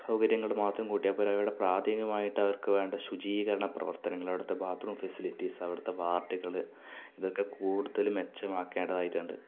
സൗകര്യങ്ങള് മാത്രം കൂട്ടിയ പോരാ അവരുടെ പ്രാഥമികമയിട്ടവർക്ക് വേണ്ട ശുചീകരണ പ്രവർത്തനങ്ങൾ അവിടുത്തെ ബാത്രൂം ഫെസിലിറ്റീസ് അവിടുത്തെ വാർഡ്കള് ഇതൊക്കെ കൂടുതല് മെച്ചമാക്കേണ്ടതായിട്ടൊണ്ട്